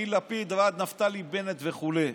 מלפיד ועד נפתלי בנט וכו':